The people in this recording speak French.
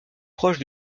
proche